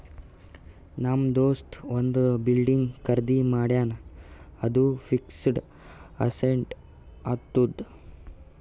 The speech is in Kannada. ನಮ್ ದೋಸ್ತ ಒಂದ್ ಬಿಲ್ಡಿಂಗ್ ಖರ್ದಿ ಮಾಡ್ಯಾನ್ ಅದು ಫಿಕ್ಸಡ್ ಅಸೆಟ್ ಆತ್ತುದ್